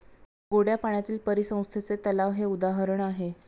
गोड्या पाण्यातील परिसंस्थेचे तलाव हे उदाहरण आहे